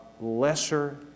lesser